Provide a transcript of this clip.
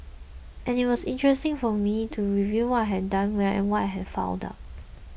and it was interesting for me to review what I had done well and what I had fouled up